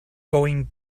going